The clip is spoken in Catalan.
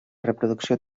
reproducció